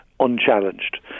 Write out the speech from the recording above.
unchallenged